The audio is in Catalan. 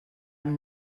amb